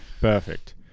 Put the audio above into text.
Perfect